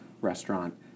restaurant